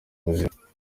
ubuzima